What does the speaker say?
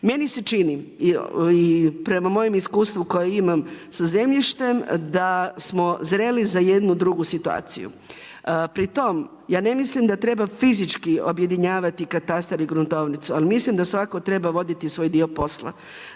Meni se čini i prema mojem iskustvu koje imam sa zemljištem da smo zreli za jednu drugu situaciju. Pri tome ja ne mislim da treba fizički objedinjavati katastar i gruntovnicu ali mislim da svatko treba voditi svoj dio posla,